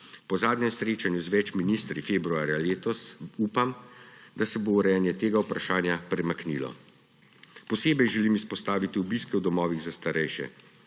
Po zadnjem srečanju z več ministri februarja letos upam, da se bo urejanje tega vprašanja premaknilo. Posebej želim izpostaviti obiske v domovih za starejše.